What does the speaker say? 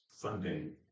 funding